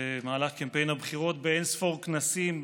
במהלך קמפיין הבחירות באין-ספור כנסים,